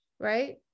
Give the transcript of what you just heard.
Right